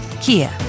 Kia